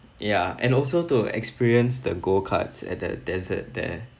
ya and also to experience the go karts at the desert there